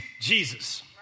Jesus